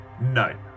No